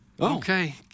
Okay